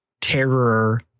terror